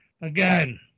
again